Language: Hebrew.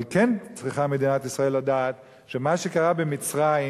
אבל כן צריכה מדינת ישראל לדעת שמה שקרה במצרים,